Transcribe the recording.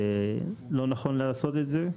אנו חושבים לא נכון לעשות את זה.